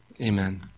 Amen